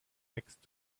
next